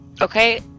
Okay